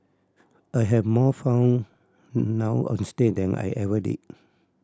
I have more fun now onstage than I ever did